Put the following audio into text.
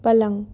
पलंग